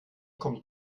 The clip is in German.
kommt